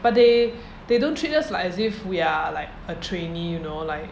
but they they don't treat us like as if we are like a trainee you know like